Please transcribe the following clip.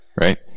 right